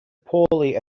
poorly